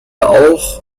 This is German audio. auch